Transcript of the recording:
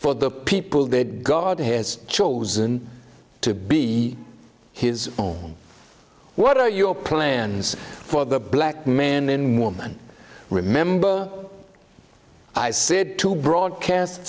for the people that god has chosen to be his own what are your plans for the black man in woman remember i said to broadcast